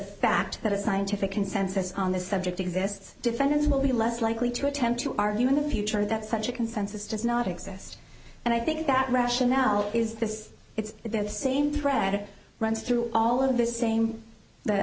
fact that a scientific consensus on this subject exists defendants will be less likely to attempt to argue in the future that such a consensus does not exist and i think that rationale is this it's the same thread that runs through all of the same